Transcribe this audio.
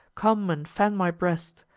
come and fan my breast,